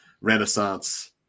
Renaissance